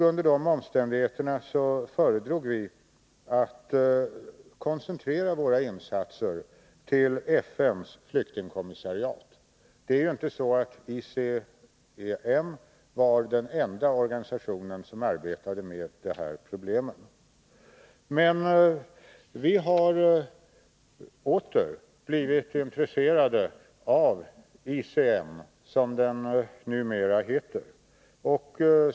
Under dessa omständigheter föredrog vi att koncentrera våra insatser till FN:s flyktingkommissariat. ICEM var ju inte den enda organisation som arbetade med dessa problem. Vi har åter blivit intresserade av ICM, som organisationen numera heter.